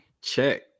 check